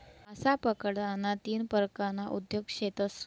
मासा पकडाना तीन परकारना उद्योग शेतस